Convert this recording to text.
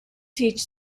teach